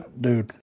Dude